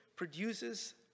Produces